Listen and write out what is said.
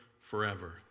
forever